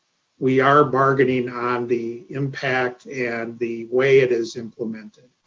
we are bargaining on the impact and the way it is implemented.